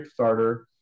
kickstarter